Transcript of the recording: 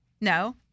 No